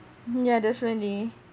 yeah definitely